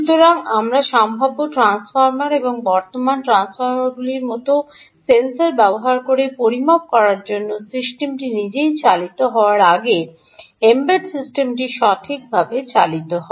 সুতরাং আমরা সম্ভাব্য ট্রান্সফর্মার এবং বর্তমান ট্রান্সফর্মারগুলির মতো সেন্সর ব্যবহার করে পরিমাপ করার জন্য সিস্টেমটি নিজেই চালিত হওয়ার আগে এম্বেডড সিস্টেমটি সঠিকভাবে চালিত হয়